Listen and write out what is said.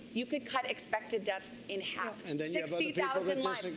you could cut expected deaths in half. and sixty thousand lives.